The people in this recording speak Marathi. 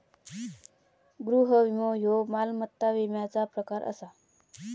गृह विमो ह्यो मालमत्ता विम्याचा प्रकार आसा